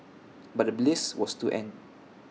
but the bliss was to end